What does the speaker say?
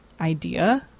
idea